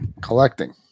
Collecting